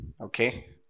Okay